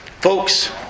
Folks